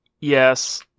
Yes